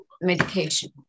medication